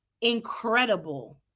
incredible